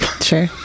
Sure